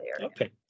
Okay